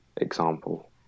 example